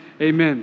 Amen